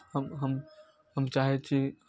हम हम हम चाहै छी